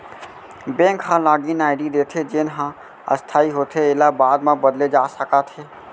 bank ह login ID देथे जेन ह अस्थाई होथे एला बाद म बदले जा सकत हे